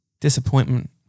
disappointment